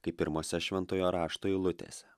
kaip pirmose šventojo rašto eilutėse